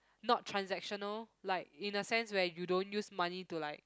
not transactional like in the sense where you don't use money to like